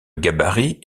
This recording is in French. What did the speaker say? gabarit